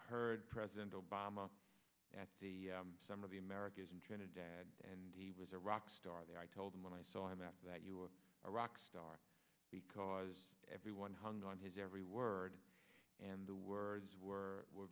heard president obama at the some of the americas in trinidad and he was a rock star there i told him when i saw him after that you were a rock star because everyone hung on his every word and the words were ver